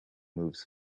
moves